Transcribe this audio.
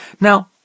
Now